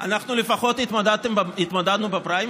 אנחנו לפחות התמודדנו בפריימריז.